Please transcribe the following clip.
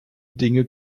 dinge